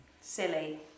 silly